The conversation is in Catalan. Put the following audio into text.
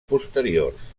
posteriors